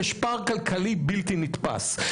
יש פער כלכלי בלתי נתפס.